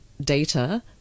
data